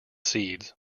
seeds